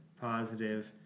positive